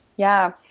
yeah.